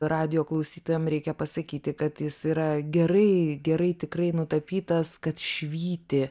radijo klausytojam reikia pasakyti kad jis yra gerai gerai tikrai nutapytas kad švyti